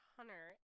Hunter